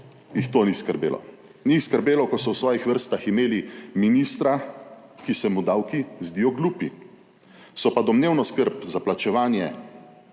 jih to ni skrbelo. Ni jih skrbelo, ko so v svojih vrstah imeli ministra, ki se mu davki zdijo glupi, so pa domnevno skrb za plačevanje